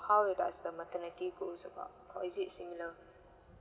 how it does the maternity goes about or is it similar